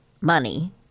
money